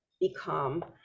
become